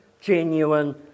genuine